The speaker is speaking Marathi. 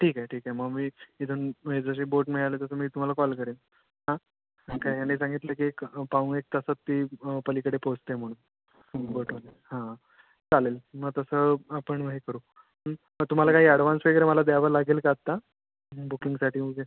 ठीक आहे ठीक आहे मग मी इथून म्हणजे जशी बोट मिळाली तसं मी तुम्हाला कॉल करेन हां त्या याने सांगितलं की एक पाऊण एक तासात ती पलीकडे पोहोचते म्हणून बोट वगैरे हां चालेल मग तसं आपण मग हे करू मग तुम्हाला काही ॲडव्हान्स वगैरे मला द्यावा लागेल का आत्ता बुकिंगसाठी उद्याच्या